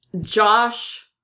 Josh